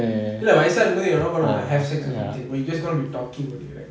ya lah might as well I mean you are not going to have sex or something or you just going to be talking only right